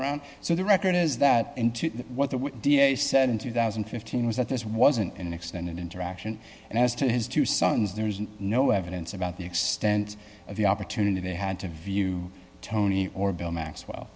around so the record is that what the d a said in two thousand and fifteen was that this wasn't an extended interaction and as to his two sons there is no evidence about the extent of the opportunity they had to view tony or bill maxwell